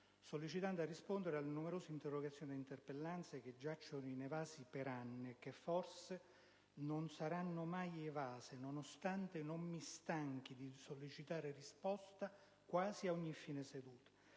sollecitando la risposta alle numerose interrogazioni ed interpellanze che giacciono inevase da anni e che forse non saranno mai evase, nonostante non mi stanchi di sollecitare risposta quasi ad ogni fine seduta.